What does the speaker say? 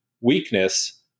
weakness